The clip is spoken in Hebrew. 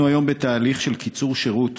אנחנו היום בתהליך של קיצור שירות